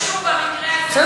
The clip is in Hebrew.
איכשהו במקרה הזה זה לא,